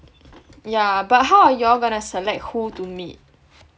yeah but how you all gonna select who to meet